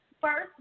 First